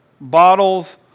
bottles